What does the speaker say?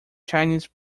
chinese